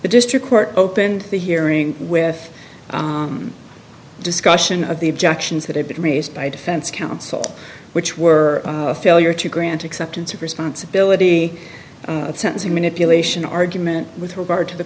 the district court opened the hearing with discussion of the objections that had been raised by defense counsel which were failure to grant acceptance of responsibility sentencing manipulation argument with regard to the